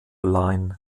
line